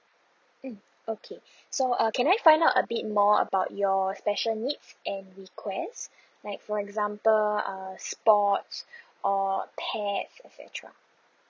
mm okay so uh can I find out a bit more about your special needs and request like for example err sports or pets et cetera